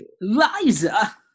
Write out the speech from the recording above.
Liza